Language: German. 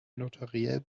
notariell